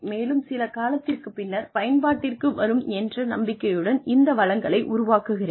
மேலும் சில காலத்திற்குப் பின்னர் பயன்பாட்டிற்கு வரும் என்ற நம்பிக்கையுடன் இந்த வளங்களை உருவாக்குகிறேன்